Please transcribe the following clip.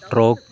truck